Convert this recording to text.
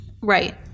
Right